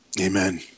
Amen